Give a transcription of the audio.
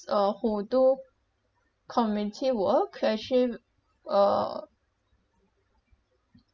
uh who do community work can actually uh